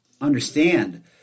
understand